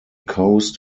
coast